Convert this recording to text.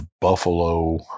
Buffalo